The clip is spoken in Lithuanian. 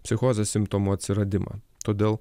psichozės simptomų atsiradimą todėl